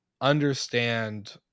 understand